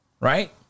Right